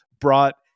brought